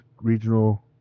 regional